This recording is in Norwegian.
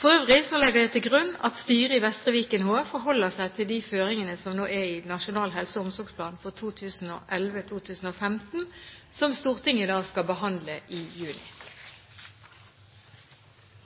For øvrig legger jeg til grunn at styret i Vestre Viken HF forholder seg til de føringene som nå er i Nasjonal helse- og omsorgsplan for 2011–2015, som Stortinget skal behandle i juni.